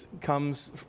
comes